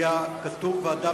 ועדה